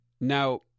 Now